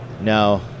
No